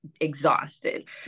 exhausted